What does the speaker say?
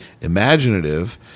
imaginative